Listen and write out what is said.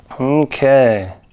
Okay